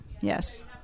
Yes